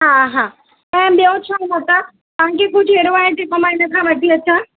हा हा ऐं ॿियो छा वठां तव्हांखे कुझु अहिड़ो आहे की पोइ मां इनखां वठी अचां